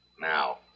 Now